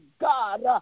God